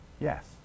Yes